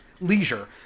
leisure